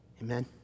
Amen